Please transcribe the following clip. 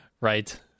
Right